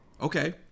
Okay